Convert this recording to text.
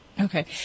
Okay